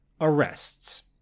arrests